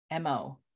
mo